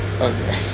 Okay